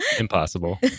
impossible